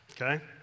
okay